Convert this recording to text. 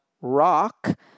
rock